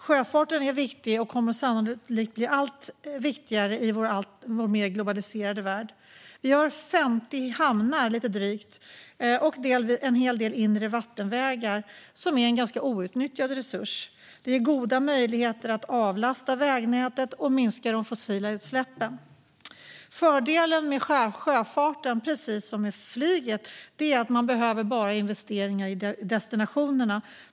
Sjöfarten är viktig och kommer sannolikt att bli allt viktigare i vår alltmer globaliserade värld. Sverige har drygt 50 hamnar och en hel del inre vattenvägar, en ganska outnyttjad resurs som ger goda möjligheter att avlasta vägnätet och minska de fossila utsläppen. Fördelen med sjöfarten, precis som med flyget, är att den bara behöver investeringar i destinationerna.